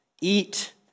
eat